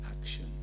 action